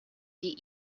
die